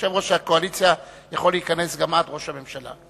יושב-ראש הקואליציה יכול להיכנס גם עד ראש הממשלה.